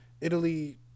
Italy